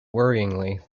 worryingly